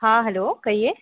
हाँ हलो कहिए